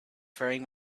faring